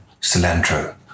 cilantro